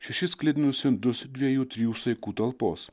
šešis sklidinus indus dviejų trijų saikų talpos